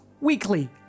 weekly